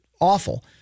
awful